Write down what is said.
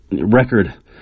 record